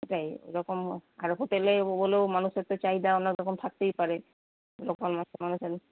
সেটাই ওরকম আর হোটেলে হলেও মানুষের তো চাহিদা অনেক রকম থাকতেই পারে যখন